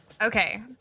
Okay